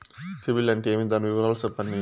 సిబిల్ అంటే ఏమి? దాని వివరాలు సెప్పండి?